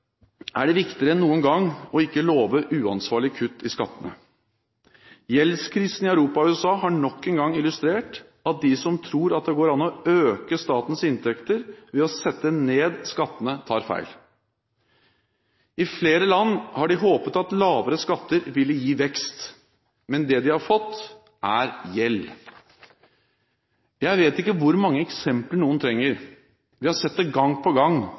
Det er viktigere enn noen gang ikke å love uansvarlige kutt i skattene. Gjeldskrisen i Europa og USA har nok en gang illustrert at de som tror at det går an å øke statens inntekter ved å sette ned skattene, tar feil. I flere land har de håpet at lavere skatter ville gi vekst. Men det de har fått, er gjeld. Jeg vet ikke hvor mange eksempler noen trenger. Vi har sett det gang på gang,